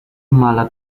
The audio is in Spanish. mala